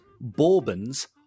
Bourbons